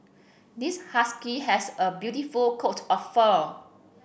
this husky has a beautiful coat of fur